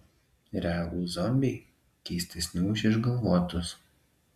realūs zombiai keistesni už išgalvotus